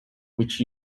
which